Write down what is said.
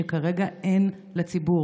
שכרגע אין לציבור.